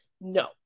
No